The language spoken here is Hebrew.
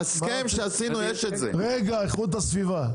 בבקשה, איכות הסביבה.